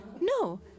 No